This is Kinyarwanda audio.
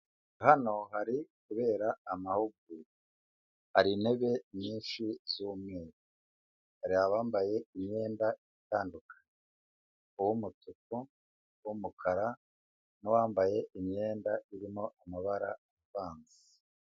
Hano hari kubera amahugurwa, hari intebe nyinshi z'umweru, hari abambaye imyenda itandukanye uw'umutuku, uw'umukara n'uwambaye imyenda irimo amabara avanze.